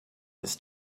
this